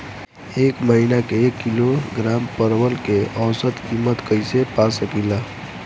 एक महिना के एक किलोग्राम परवल के औसत किमत कइसे पा सकिला?